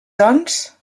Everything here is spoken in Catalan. doncs